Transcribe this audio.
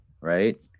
Right